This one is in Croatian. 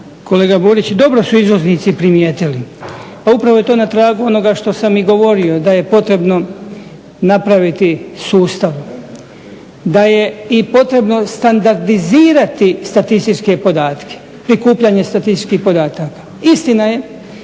Kolega Borić, dobro su izvoznici primijetili, pa upravo je to na tragu onoga što sam i govorio da je potrebno napraviti sustav, da je i potrebno standardizirati statističke podatke, prikupljanje statističkih podataka. Istina je